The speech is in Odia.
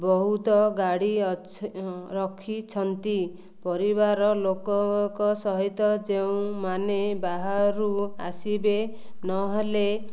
ବହୁତ ଗାଡ଼ି ଅଛି ରଖିଛନ୍ତି ପରିବାର ଲୋକଙ୍କ ସହିତ ଯେଉଁମାନେ ବାହାରୁ ଆସିବେ ନହେଲେ